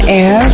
air